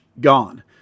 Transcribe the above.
gone